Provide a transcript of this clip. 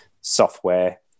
software